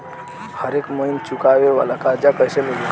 हरेक महिना चुकावे वाला कर्जा कैसे मिली?